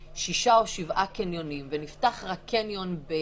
לגבי עסקים שיש להם תנאים שמיועדים רק להם,